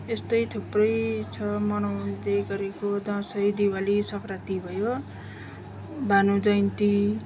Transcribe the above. यस्तै थुप्रै छ मनाउँदै गरेको दसैँ दिवाली सङ्क्रान्ति भयो भानु जयन्ती